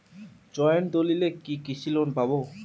Joint দলিলে কি কৃষি লোন পাব?